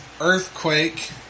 earthquake